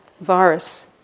virus